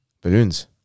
Balloons